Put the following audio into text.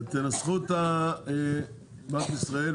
אז תנסחו, בנק ישראל.